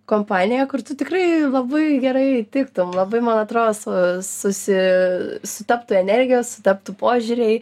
kompaniją kur tu tikrai labai gerai tiktum labai man atrodo su susi sutaptų energijos sutaptų požiūriai